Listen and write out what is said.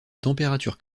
températures